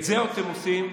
את זה אתם עושים,